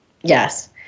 Yes